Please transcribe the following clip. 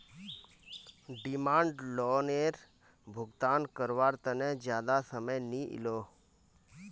demand लोअनेर भुगतान कारवार तने ज्यादा समय नि इलोह